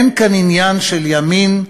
אין כאן עניין של ימין,